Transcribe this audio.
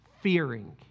fearing